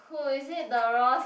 who is it the Ross